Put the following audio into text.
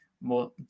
more